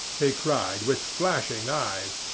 he cried, with flashing eyes,